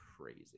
crazy